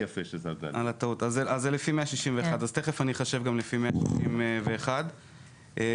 אז תכף אני אחשב גם לפי 161. עכשיו,